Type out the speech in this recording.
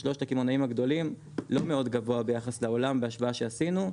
שלושת הקמעונאים הגדולים לא מאוד גבוה ביחס לעולם בהשוואה שעשינו,